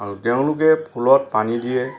আৰু তেওঁলোকে ফুলত পানী দিয়ে